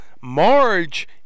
marge